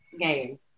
game